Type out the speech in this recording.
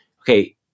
Okay